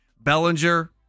Bellinger